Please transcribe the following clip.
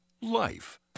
life